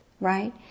right